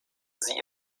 sie